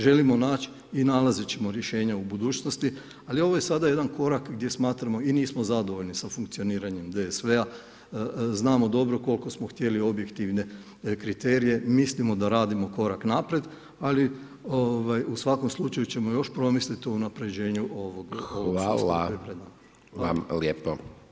Želimo naći i nalaziti ćemo rješenja u budućnosti ali ovo je sada jedan korak gdje smatramo i nismo zadovoljni sa funkcioniranjem DSV-a, znamo dobro koliko smo htjeli objektivne kriterije, mislimo da radimo korak naprijed ali u svakom slučaju ćemo još promisliti o unapređenju ovog sustava